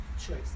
choice